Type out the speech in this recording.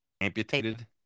amputated